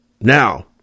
Now